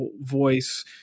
voice